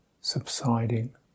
subsiding